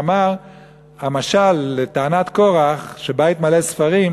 שאמר המשל לטענת קורח על בית מלא ספרים